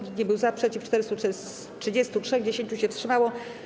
Nikt nie był za, przeciw - 433, 10 się wstrzymało.